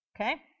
Okay